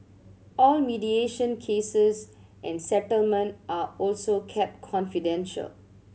all mediation cases and settlement are also kept confidential